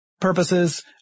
purposes